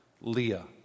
Leah